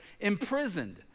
imprisoned